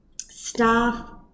staff